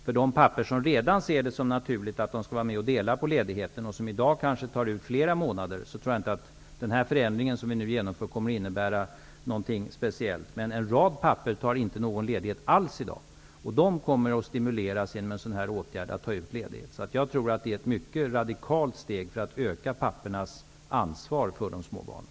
För de pappor som redan ser det som naturligt att vara med och dela på ledigheten och som i dag kanske tar ut flera månader, tror jag inte att den förändring som vi nu genomför kommer att innebära någonting speciellt. Men en rad pappor tar inte någon ledighet alls i dag, och en sådan här åtgärd kommer att stimulera dem att ta ut ledighet. Jag tror därför att detta är ett mycket radikalt steg för att öka pappornas ansvar för de små barnen.